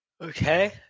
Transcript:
Okay